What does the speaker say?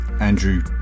Andrew